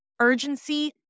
urgency